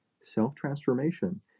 self-transformation